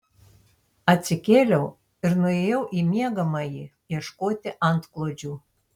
atsikėliau ir nuėjau į miegamąjį ieškoti antklodžių